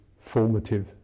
formative